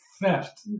theft